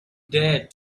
dared